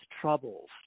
troubles